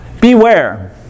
Beware